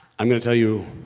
i'm gonna tell you